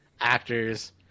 actors